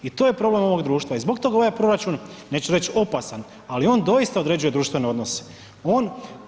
I to je problem ovoga društva i zbog toga ovaj proračun, neću reći opasan, ali on doista određuje društvene odnose.